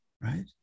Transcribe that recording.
right